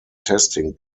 testing